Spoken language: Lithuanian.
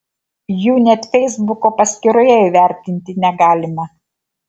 jų net feisbuko paskyroje įvertinti negalima